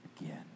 again